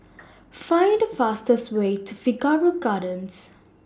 Find The fastest Way to Figaro Gardens